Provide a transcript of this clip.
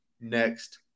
next